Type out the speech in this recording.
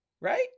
Right